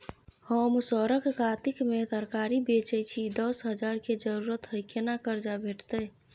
हम सरक कातिक में तरकारी बेचै छी, दस हजार के जरूरत हय केना कर्जा भेटतै?